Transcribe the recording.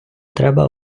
треба